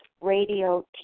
radio